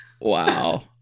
Wow